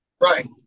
Right